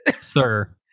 Sir